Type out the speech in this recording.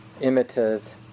imitative